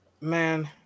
man